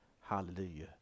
Hallelujah